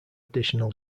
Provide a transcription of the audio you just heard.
additional